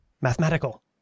mathematical